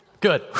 Good